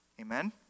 Amen